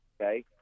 Okay